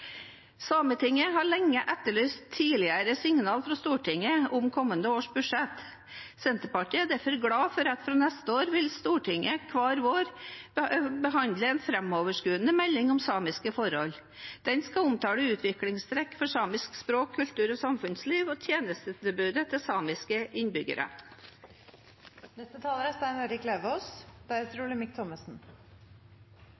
Sametinget har lenge etterlyst tidligere signaler fra Stortinget om kommende års budsjett. Senterpartiet er derfor glad for at fra neste år vil Stortinget hver vår behandle en framoverskuende melding om samiske forhold. Den skal omtale utviklingstrekk for samiske språk, kultur og samfunnsliv og tjenestetilbudet til samiske